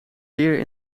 zeer